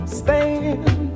stand